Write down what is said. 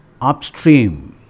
upstream